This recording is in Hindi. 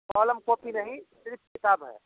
कॉलम कॉपी नहीं है सिर्फ़ किताब है